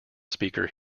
speaker